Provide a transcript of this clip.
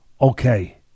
okay